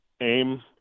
aim